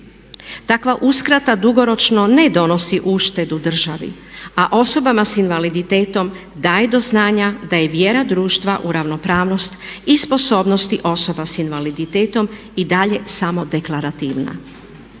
Takva uskrata dugoročno ne donosi uštedi državi, a osobama s invaliditetom daje do znanja da je vjera društva u ravnopravnost i sposobnosti osoba s invaliditetom i dalje samo deklarativna.